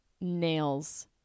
nails